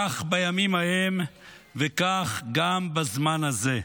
כך בימים ההם וכך גם בזמן הזה.